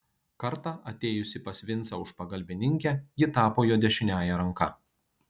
kartą atėjusi pas vincą už pagalbininkę ji tapo jo dešiniąja ranka